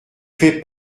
fais